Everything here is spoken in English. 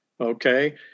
okay